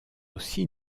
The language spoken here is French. aussi